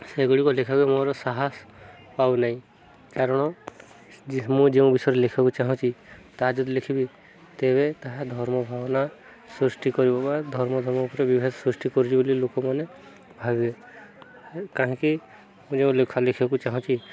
ସେଗୁଡ଼ିକ ଲେଖିବାକୁ ମୋର ସାହସ ପାଉନାହିଁ କାରଣ ମୁଁ ଯେଉଁ ବିଷୟରେ ଲେଖିବାକୁ ଚାହୁଁଛି ତାହା ଯଦି ଲେଖିବି ତେବେ ତାହା ଧର୍ମ ଭାବନା ସୃଷ୍ଟି କରିବ ବା ଧର୍ମ ଧର୍ମ ଉପରେ ବିବାଦ ସୃଷ୍ଟି କରୁଛି ବୋଲି ଲୋକମାନେ ଭାବିବେ କାହିଁକି ମୁଁ ଯେଉଁ ଲେଖା ଲେଖିବାକୁ ଚାହୁଁଛି